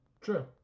True